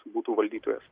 būtų valdytojas